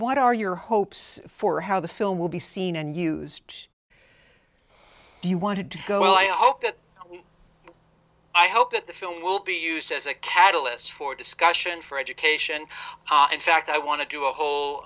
what are your hopes for how the film will be seen and used do you want to go well i hope that i hope that the film will be used as a catalyst for discussion for education in fact i want to do a